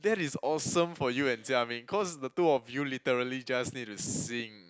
that is awesome for you and Jia-Ming cause the two of you literally just need to sing